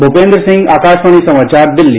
मूपेंद्र सिंह आकाशवाणी समाचार दिल्ली